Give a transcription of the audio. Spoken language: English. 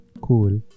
Cool